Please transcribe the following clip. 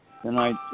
tonight